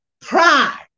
pride